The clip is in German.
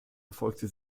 erfolgte